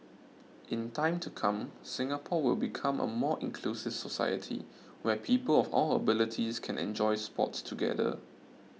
in time to come Singapore will become a more inclusive society where people of all abilities can enjoy sports together